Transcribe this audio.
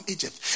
Egypt